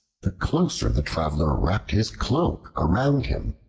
the closer the traveler wrapped his cloak around him,